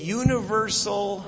universal